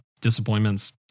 disappointments